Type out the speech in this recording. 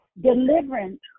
deliverance